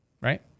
right